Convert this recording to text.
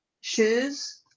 shoes